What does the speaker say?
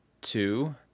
two